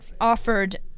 offered